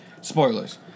Spoilers